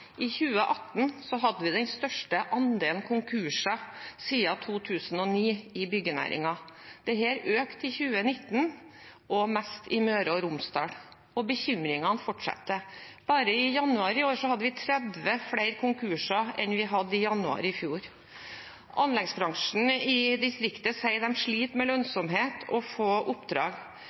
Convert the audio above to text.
i byggenæringen. I 2018 hadde vi den største andelen konkurser siden 2009 i byggenæringen. Dette økte i 2019, og mest i Møre og Romsdal. Og bekymringene fortsetter. Bare i januar i år hadde vi 30 flere konkurser enn vi hadde i januar i fjor. Anleggsbransjen i distriktet sier at de sliter med lønnsomhet og med å få oppdrag.